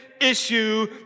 issue